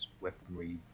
weaponry